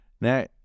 Now